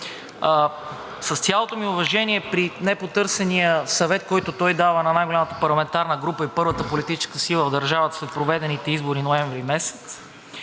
С цялото ми уважение за непотърсения съвет, който той дава на най-голямата парламентарна група и първата политическа сила в държавата след проведените избори ноември месец,